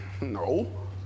No